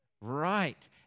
Right